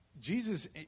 Jesus